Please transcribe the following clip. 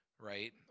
Right